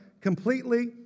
completely